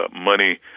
money